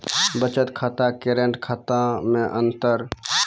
बचत खाता करेंट खाता मे अंतर?